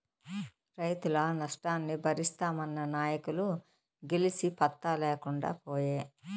రైతుల నష్టాన్ని బరిస్తామన్న నాయకులు గెలిసి పత్తా లేకుండా పాయే